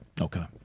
Okay